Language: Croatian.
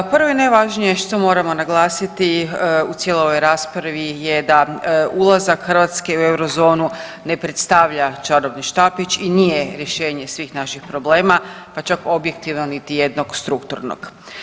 Prvo i najvažnije što moramo naglasiti u cijeloj ovoj raspravi je da ulazak Hrvatske u eurozonu ne predstavlja čarobni štapić i nije rješenje svih naših problema, pa čak objektivan niti jednog strukturnog.